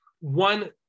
one